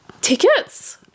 tickets